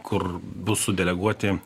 kur bus sudeleguoti